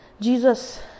Jesus